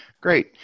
Great